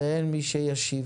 ואין מי שישיב.